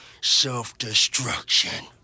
self-destruction